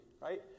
right